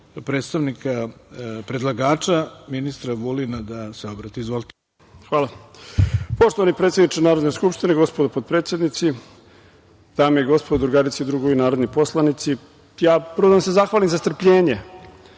predstavnika predlagača, ministra Vulina da se obrati. Izvolite. **Aleksandar Vulin** Hvala. Poštovani predsedniče Narodne skupštine, gospodo potpredsednici, dame i gospodo, drugarice i drugovi, narodni poslanici, prvo da vam se zahvalim za strpljenje